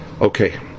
Okay